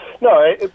No